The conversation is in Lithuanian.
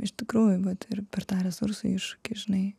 iš tikrųjų vat ir per tą resursai iš kai žinai